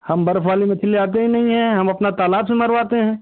हम बर्फ वाली मछली लाते ही नही है हम अपना तालाब से मरवाते है